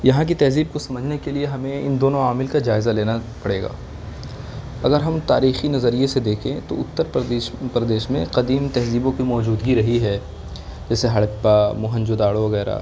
یہاں کی تہذیب کو سمجھنے کے لیے ہمیں ان دونوں عامل کا جائزہ لینا پڑے گا اگر ہم تاریخی نظریے سے دیکھیں تو اتر پردیش اتر پردیش میں قدیم تہذیبوں کی موجود رہی ہے جیسے ہڑپا موہن جداڑو وغیرہ